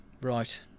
right